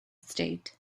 state